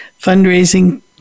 fundraising